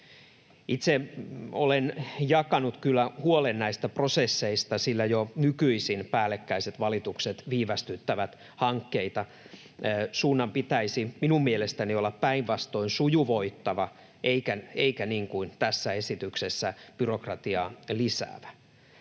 Itse olen jakanut kyllä huolen näistä prosesseista, sillä jo nykyisin päällekkäiset valitukset viivästyttävät hankkeita. Suunnan pitäisi minun mielestäni olla päinvastoin sujuvoittava eikä, niin kuin tässä esityksessä, byrokratiaa lisäävä.